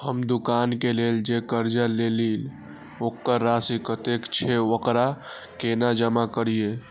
हम दुकान के लेल जे कर्जा लेलिए वकर राशि कतेक छे वकरा केना जमा करिए?